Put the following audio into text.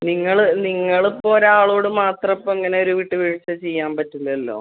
നിങ്ങള് നിങ്ങളിപ്പം ഒരാളോട് മാത്രം ഇപ്പോൾ എങ്ങനെ ഒരു വിട്ടു വീഴ്ച ചെയ്യാൻ പറ്റില്ലല്ലൊ